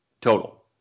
total